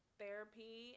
therapy